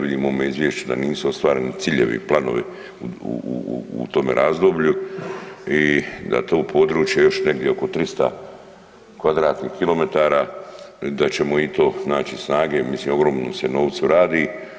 Vidim u ovom izvješću da nisu ostvareni ciljevi, planovi u tom razdoblju i da to područje još negdje oko 300 kvadratnih kilometara da ćemo i to naći snage, mislim o ogromnom se novcu radi.